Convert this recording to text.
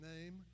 name